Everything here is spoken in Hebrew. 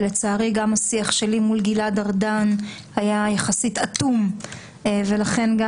לצערי גם השיח שלי מול גלעד ארדן היה יחסית אטום ולכן גם